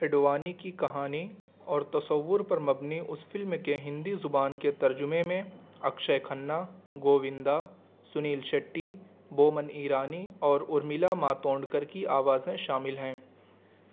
اڈوانی کی کہانی اور تصور پر مبنی اس فلم کے ہندی زبان کے ترجمے میں اکشے کھنہ گووندا سنیل شیٹی بومن ایرانی اور ارمیلا ماتونڈکر کی آوازیں شامل ہیں